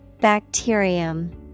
Bacterium